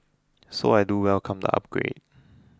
so I do welcome the upgrade